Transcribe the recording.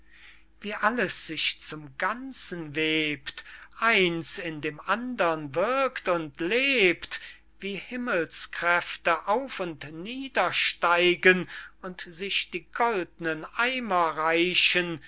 wie alles sich zum ganzen webt eins in dem andern wirkt und lebt wie himmelskräfte auf und nieder steigen und sich die goldnen eimer reichen